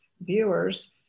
viewers